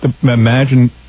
imagine